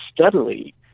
steadily